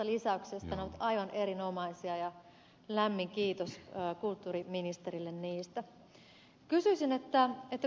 ne ovat aivan erinomaisia ja lämmin kiitos kulttuuriministerille niistä